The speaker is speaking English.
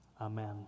Amen